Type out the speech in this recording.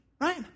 right